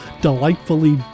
delightfully